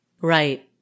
Right